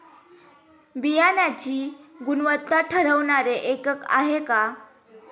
बियाणांची गुणवत्ता ठरवणारे एकक आहे का?